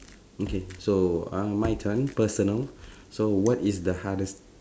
okay so um my turn personal so what is the hardest